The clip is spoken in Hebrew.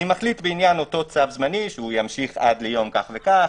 אני מחליט באותו צו זמני שהוא ימשיך עד יום זה וזה,